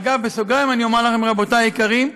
אגב, בסוגריים אומר לכם, רבותי היקרים: